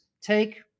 take